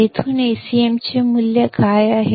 ಇಲ್ಲಿಂದ Acm ನ ಮೌಲ್ಯ ಏನು